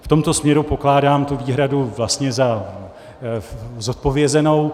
V tomto směru pokládám tu výhradu vlastně za zodpovězenou.